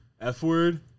F-word